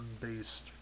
based